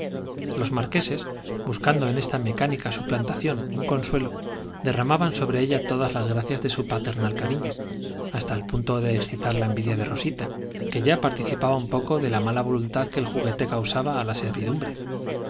los marqueses buscando en esta mecánica suplan tación un consuelo derramaban sobre ella todas las hasta el punto de excitar grac ias de su paternal cariño la envidia de rosita que ya participaba un poco de la mala voluntad que el juguete causaba á la